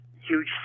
huge